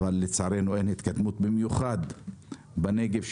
אבל לצערנו אין התקדמות, במיוחד בנגב.